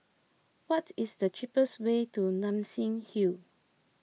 what is the cheapest way to Nassim Hill